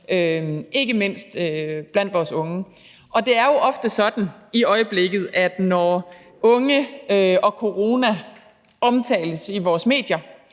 ikke mindst blandt vores unge. Det er jo ofte sådan i øjeblikket, at når unge og corona omtales i vores medier,